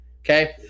Okay